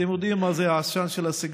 אתם יודעים מה זה העשן של הסיגרים,